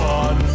on